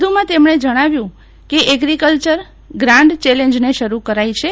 વધુમાં તેમણે જણાવ્યું કે એગ્રીકલ્ચર ગ્રંસ ચેલેન્જને શરુ કરી છે